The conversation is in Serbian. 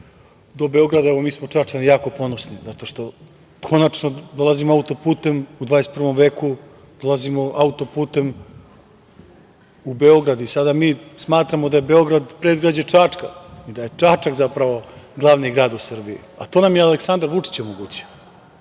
do Beograda… Mi smo Čačani jako ponosni zato što konačno u 21. veku dolazimo autoputem u Beograd i sada mi smatramo da je Beograd predgrađe Čačka, da je Čačak zapravo glavni grad u Srbiji, a to nam je Aleksandar Vučić omogućio.